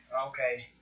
Okay